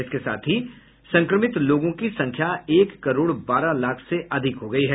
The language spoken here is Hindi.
इसके साथ ही संक्रमित लोगों की संख्या एक करोड़ बारह लाख से अधिक हो गयी है